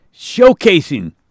showcasing